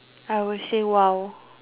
I will say !wow!